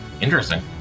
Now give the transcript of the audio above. Interesting